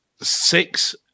Six